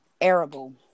Arable